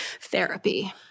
Therapy